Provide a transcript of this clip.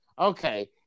Okay